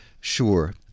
sure